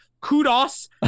Kudos